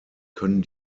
können